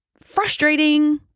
Frustrating